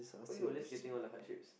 why you always getting all the heart shapes